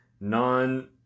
non